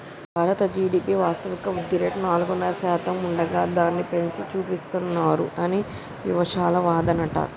భారత జి.డి.పి వాస్తవిక వృద్ధిరేటు నాలుగున్నర శాతం ఉండగా దానిని పెంచి చూపిస్తానన్నారు అని వివక్షాలు వాదనట